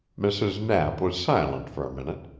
mrs. knapp was silent for a minute.